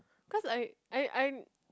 cause I I I